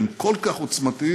הם כל כך עוצמתיים,